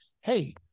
Hey